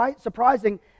surprising